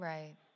Right